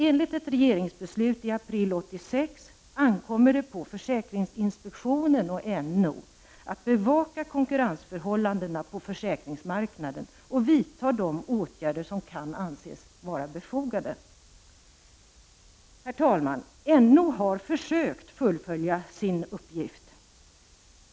Enligt ett regeringsbeslut i april 1986 ankommer det på försäkringsinspektionen och NO att bevaka konkurrensförhållandena på försäkringsmarknaden och vidta de åtgärder som kan anses vara befogade. Herr talman! NO har försökt fullfölja sin uppgift.